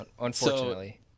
unfortunately